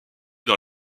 dans